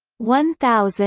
one thousand